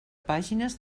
pàgines